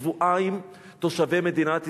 שבועיים תושבי מדינת ישראל,